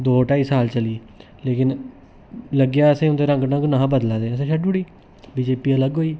दो ढाई साल चली लेकिन लग्गेआ असेंगी उन्दे रंग ढंग नेहे बदला रदे असें छड्डी उड़ी बीजेपी अलग होई गेई